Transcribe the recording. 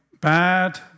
bad